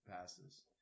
passes